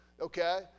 Okay